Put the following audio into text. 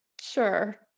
Sure